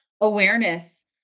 awareness